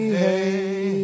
hey